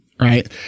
Right